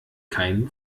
kein